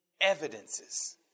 evidences